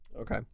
Okay